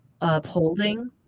upholding